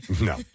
No